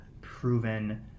proven